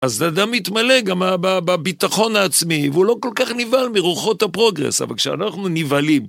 אז אדם מתמלא גם בביטחון העצמי והוא לא כל כך נבהל מרוחות הפרוגרס, אבל כשאנחנו נבהלים.